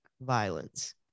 violence